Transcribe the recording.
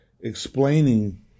explaining